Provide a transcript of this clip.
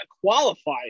qualify